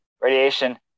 radiation